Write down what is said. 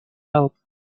help